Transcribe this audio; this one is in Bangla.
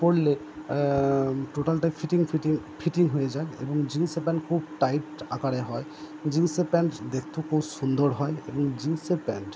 পরলে টোটালটা ফিটিং ফিটিং ফিটিং হয়ে যায় এবং জিন্সের প্যান্ট খুব টাইট আকারে হয় জিন্সের প্যান্ট দেখতেও খুব সুন্দর হয় এবং জিন্সের প্যান্ট